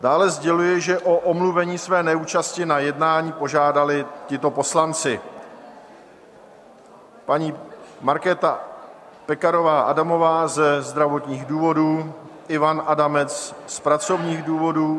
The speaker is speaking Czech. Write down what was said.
Dále sděluji, že o omluvení své neúčasti na jednání požádali tito poslanci: paní Markéta Pekarová Adamová ze zdravotních důvodů, Ivan Adamec z pracovních důvodů...